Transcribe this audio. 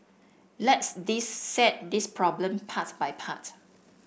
let's dissect this problem part by part